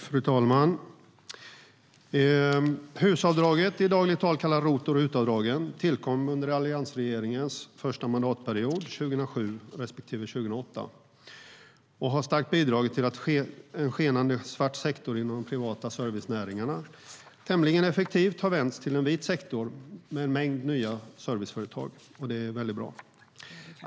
Fru talman! HUS-avdraget, i dagligt tal kallat ROT och RUT-avdragen, tillkom under alliansregeringens första mandatperiod, 2007 respektive 2008, och har starkt bidragit till att en skenande svart sektor inom de privata servicenäringarna tämligen effektivt har vänts till en vit sektor med en mängd nya serviceföretag. Det är bra.